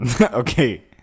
Okay